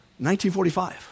1945